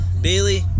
Bailey